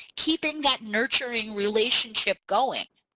keeping that nurturing relationship going.